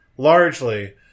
Largely